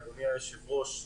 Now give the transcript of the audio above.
אדוני היושב ראש,